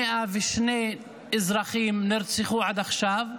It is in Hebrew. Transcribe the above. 102 אזרחים נרצחו עד עכשיו,